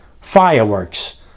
fireworks